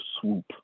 Swoop